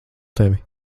tevi